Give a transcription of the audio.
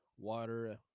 water